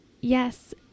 yes